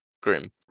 grim